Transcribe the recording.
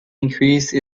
increase